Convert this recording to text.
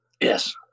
Yes